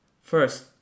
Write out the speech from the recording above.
First